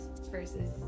versus